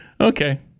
okay